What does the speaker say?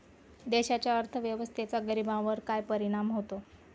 देशाच्या अर्थव्यवस्थेचा गरीबांवर काय परिणाम होतो